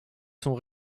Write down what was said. sont